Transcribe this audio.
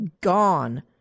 gone